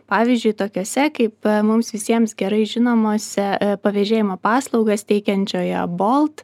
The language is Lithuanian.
pavyzdžiui tokiose kaip mums visiems gerai žinomose pavėžėjimo paslaugas teikiančioje bolt